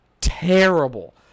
terrible